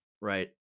Right